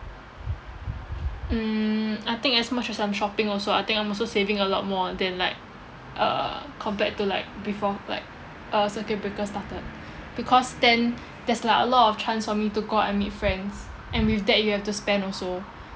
mm I think as much as I'm shopping also I think I'm also saving a lot more than like uh compared to like before like uh circuit breaker started because then there's like a lot of chance for me to go out and meet friends and with that you have to spend also